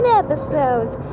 episodes